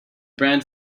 brand